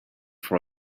for